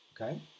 Okay